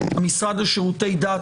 המשרד לשירותי דת,